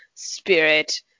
spirit